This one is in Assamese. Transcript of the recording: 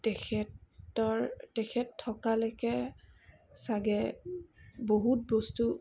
তেখেতৰ তেখেত থকালৈকে চাগে বহুত বস্তু